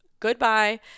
Goodbye